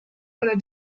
oder